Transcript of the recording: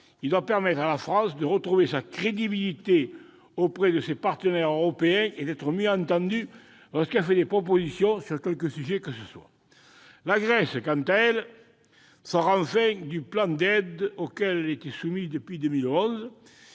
Il doit permettre à la France de retrouver sa crédibilité auprès de ses partenaires européens et d'être mieux entendue lorsqu'elle fait des propositions sur quelque sujet que ce soit. La Grèce, quant à elle, sort enfin du plan d'aide auquel elle était soumise depuis 2011.